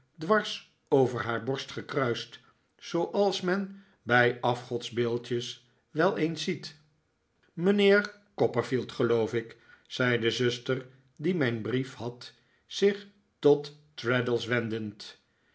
dwars over haar borst gekruist zooals men bij afgodsbeeldjes wel eens ziet mijnheer copperfield geloof ik zei de zuster die mijn brief had zich tot